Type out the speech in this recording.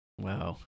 wow